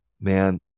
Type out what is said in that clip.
Man